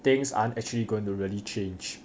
things aren't actually going to really change